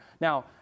Now